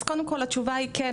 קודם כול, התשובה היא כן.